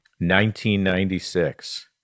1996